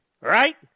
Right